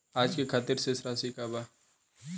आज के खातिर शेष राशि का बा?